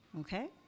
Okay